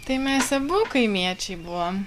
tai mes abu kaimiečiai buvom